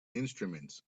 instruments